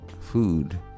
food